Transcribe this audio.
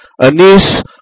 Anis